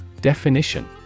Definition